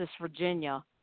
Virginia